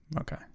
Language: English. Okay